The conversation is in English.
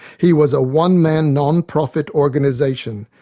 he was a one-man non-profit organization,